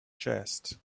chest